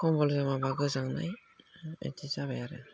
खम्बल जोमाब्ला गोजांनाय बिदि जाबाय आरो